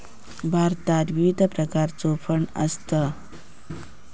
भारतात विविध प्रकारचो फंड आसत